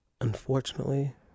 Unfortunately